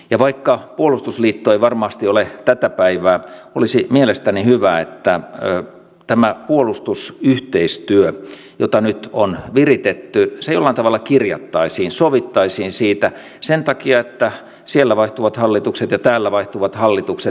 ja vaikka puolustusliitto ei varmasti ole tätä päivää olisi mielestäni hyvä että tämä puolustusyhteistyö jota nyt on viritetty jollain tavalla kirjattaisiin sovittaisiin siitä sen takia että siellä vaihtuvat hallitukset ja täällä vaihtuvat hallitukset